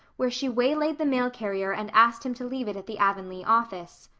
where she waylaid the mail carrier and asked him to leave it at the avonlea office.